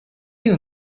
you